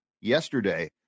yesterday